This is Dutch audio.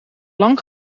lang